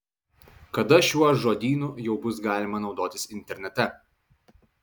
kada šiuo žodynu jau bus galima naudotis internete